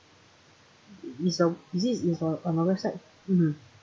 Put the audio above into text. it's the is it is the another side mm hmm